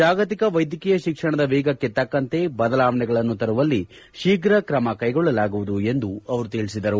ಜಾಗತಿಕ ವೈದ್ಯಕೀಯ ಶಿಕ್ಷಣದ ವೇಗಕ್ಕೆ ತಕ್ಕಂತೆ ಬದಲಾವಣೆಗಳನ್ನು ತರುವಲ್ಲಿ ಶೀಘ ತ್ರಮ ಕೈಗೊಳ್ಳಲಾಗುವುದು ಎಂದು ಅವರು ತಿಳಿಸಿದರು